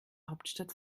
hauptstadt